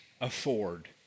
afford